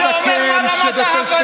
זה אומר מה רמת ההבנה פה.